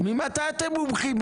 רון, רצית להגיד משהו?